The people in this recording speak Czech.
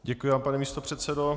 Děkuji vám, pane místopředsedo.